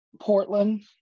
Portland